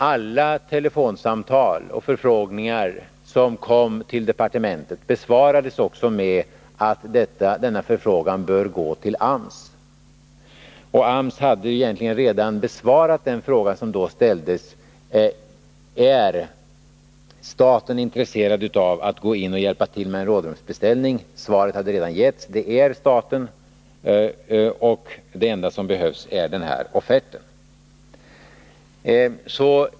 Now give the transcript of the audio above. Alla telefonsamtal och förfrågningar som kom till departementet besvarades också med beskedet att förfrågningar borde ställas till AMS. AMS hade egentligen besvarat den fråga som ställdes, nämligen: Är staten intresserad av att gå in och hjälpa till med en rådrumsbeställning? Svaret hade redan givits: Det är staten. Det enda som behövs är den omtalade offerten.